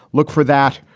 look for that.